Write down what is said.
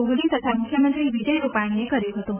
કોહલી તથા મુખ્યમંત્રી વિજય રૂપાણીએ કર્યું હતું